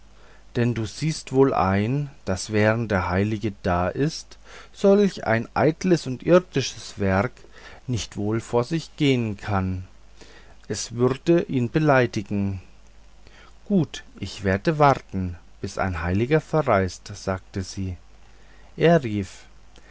denn du siehst wohl ein daß während der heilige da ist solch ein eitles und irdisches werk nicht wohl vor sich gehen kann es würde ihn beleidigen gut ich werde warten bis ein heiliger verreist sagte sie er rief